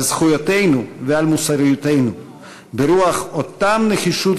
על זכויותינו ועל מוסריותנו ברוח אותה נחישות